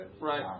Right